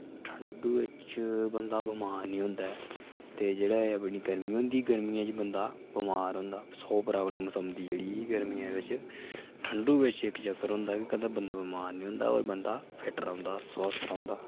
ठंडू बिच बंदा बमार नेईं होंदा ऐ ते जेह्ड़ा एह् अपनी गर्मी होंदी गर्मियें च बंदा बमार होंदा सौ प्राब्लमां औंदियां जेह्ड़ी गर्मियें बिच ठंड बिच इक चक्कर होंदा कि कदें बंदा बमार नेईं होंदा ते बंदा फिट्ट रौंह्दा स्वस्थ रौंह्दा